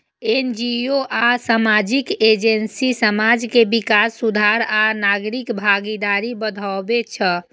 NGO आ सामाजिक agency समाज के विकास, सुधार आ नागरिक भागीदारी बढ़ाबै छै